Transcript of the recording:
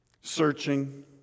Searching